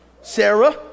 Sarah